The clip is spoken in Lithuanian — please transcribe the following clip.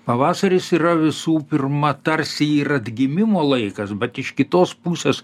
pavasaris yra visų pirma tarsi ir atgimimo laikas bet iš kitos pusės